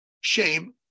Shame